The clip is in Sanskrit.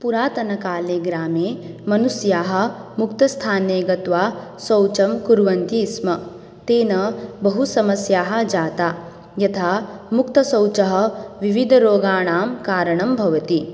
पुरातनकाले ग्रामे मनुष्याः मुक्तस्थाने गत्वा शौचं कुर्वन्ति स्म तेन बहुसमस्याः जाताः यथा मुक्तशौचः विविधरोगाणां कारणं भवति